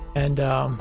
and, um,